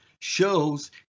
shows